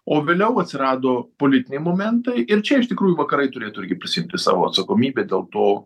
o vėliau atsirado politiniai momentai ir čia iš tikrųjų vakarai turėtų irgi prisiimti savo atsakomybę dėl to